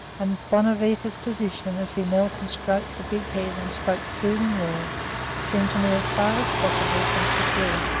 and bonavita's position as he knelt and stroked the big head and spoke soothing words seemed to me as far as possible from secure.